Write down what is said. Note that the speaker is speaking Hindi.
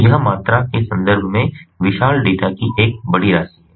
तो यह मात्रा के संदर्भ में विशाल डेटा की एक बड़ी राशि है